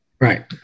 Right